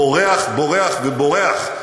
בורח בורח ובורח,